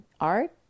art